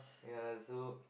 ya so